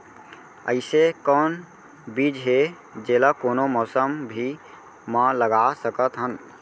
अइसे कौन बीज हे, जेला कोनो मौसम भी मा लगा सकत हन?